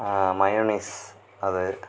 mayonnaise அது